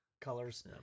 colors